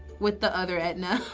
with the other edna.